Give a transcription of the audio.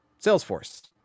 Salesforce